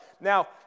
Now